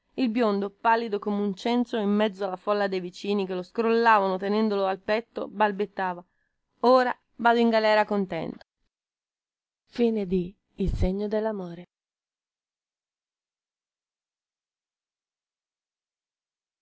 il biondo pallido come un cencio in mezzo alla folla dei vicini che lo scrollavano tenendolo pel petto balbettava ora vado in galera contento